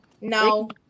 No